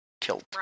killed